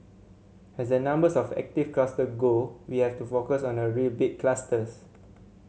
has the numbers of active cluster go we have to focus on the real big clusters